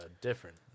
different